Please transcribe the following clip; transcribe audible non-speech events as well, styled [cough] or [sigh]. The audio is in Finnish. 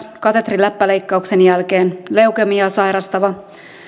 [unintelligible] katetriläppäleikkauksen jälkeen leukemiaa sairastava